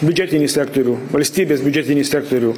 biudžetinį sektorių valstybės biudžetinį sektorių